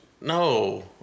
No